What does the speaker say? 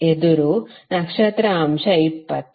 ಎದುರು ನಕ್ಷತ್ರ ಅಂಶ 20